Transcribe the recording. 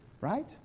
Right